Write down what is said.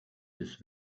his